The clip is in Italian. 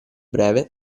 breve